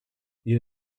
you